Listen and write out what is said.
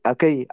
Okay